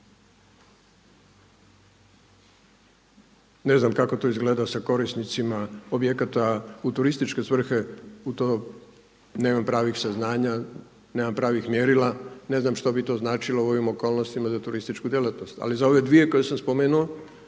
Ne znam kako to izgleda sa korisnicima objekata u turističke svrhe u to nemam pravih saznanja, nemam pravih mjerila, ne znam što bi to značilo u ovim okolnostima za turističku djelatnost. Ali za ove dvije koje sam spomenuo,